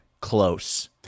close